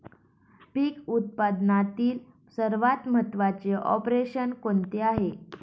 पीक उत्पादनातील सर्वात महत्त्वाचे ऑपरेशन कोणते आहे?